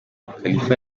khalifa